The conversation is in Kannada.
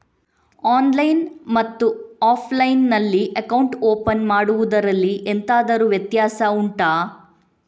ಆನ್ಲೈನ್ ಮತ್ತು ಆಫ್ಲೈನ್ ನಲ್ಲಿ ಅಕೌಂಟ್ ಓಪನ್ ಮಾಡುವುದರಲ್ಲಿ ಎಂತಾದರು ವ್ಯತ್ಯಾಸ ಉಂಟಾ